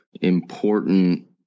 important